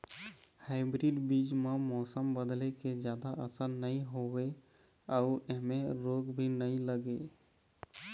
hybrid बीज म मौसम बदले के जादा असर नई होवे अऊ ऐमें रोग भी नई लगे